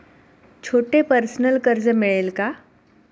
छोटे पर्सनल कर्ज मिळेल का?